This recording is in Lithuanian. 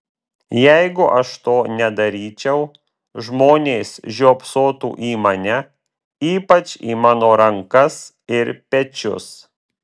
jeigu aš to nedaryčiau žmonės žiopsotų į mane ypač į mano rankas ir pečius